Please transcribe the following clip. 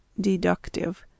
Deductive